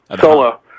Solo